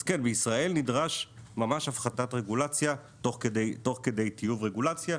אז כן בישראל נדרש ממש הפחתת רגולציה תוך כדי טיוב רגולציה.